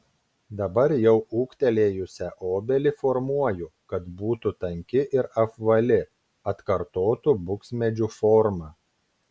dabar jau ūgtelėjusią obelį formuoju kad būtų tanki ir apvali atkartotų buksmedžių formą